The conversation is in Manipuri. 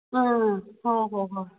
ꯑ ꯍꯣ ꯍꯣ ꯍꯣꯏ